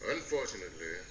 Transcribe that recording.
Unfortunately